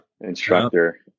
instructor